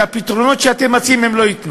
שהפתרונות שאתם מציעים לא ייתנו.